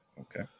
Okay